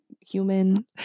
human